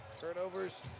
Turnovers